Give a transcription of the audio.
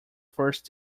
first